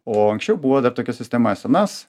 o anksčiau buvo dar tokia sistema sns